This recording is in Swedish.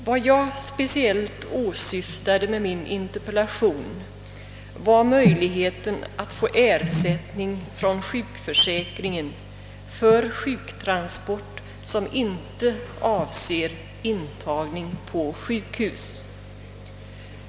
Vad jag speciellt åsyftade med min interpellation var möjligheten att få ersättning från sjukförsäkringen för sjuktransport som inte avser intagning på sjukhus.